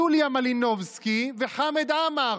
יוליה מלינובסקי וחמד עמאר.